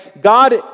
God